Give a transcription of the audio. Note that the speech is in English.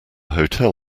hotel